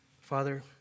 Father